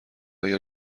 اگه